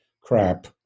crap